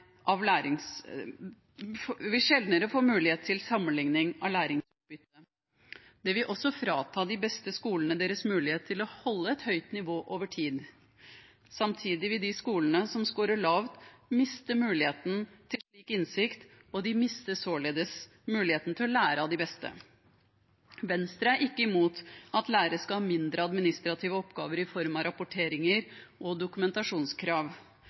sjeldnere får mulighet til sammenligning av læringsutbyttet. Det vil også frata de beste skolene mulighet til å holde et høyt nivå over tid. Samtidig vil de skolene som scorer lavt, miste muligheten til å få slik innsikt, og de mister således muligheten til å lære av de beste. Venstre er ikke imot at lærere skal ha færre administrative oppgaver i form av rapporteringer og dokumentasjonskrav.